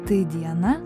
tai dijana